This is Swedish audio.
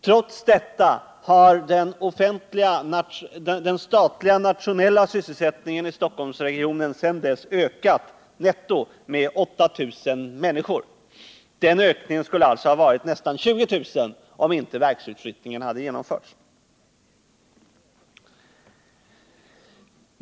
Trots detta har den statliga, nationella sysselsättningen i Stockholmsregionen sedan dess ökat med 8 000 människor netto. Denna ökning skulle alltså ha varit nästan 20 000, om inte verksutflyttningen hade genomförts.